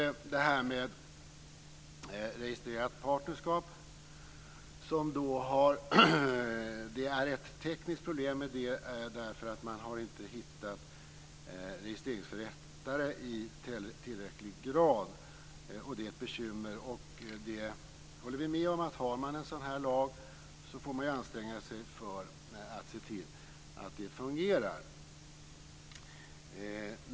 När det gäller registrerat partnerskap finns det ett tekniskt problem därför att man inte har hittat registreringsförrättare i tillräckligt hög grad, och det är ett bekymmer. Det håller vi med om. Om man har en sådan här lag så får man anstränga sig för att se till att detta fungerar.